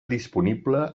disponible